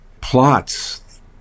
plot's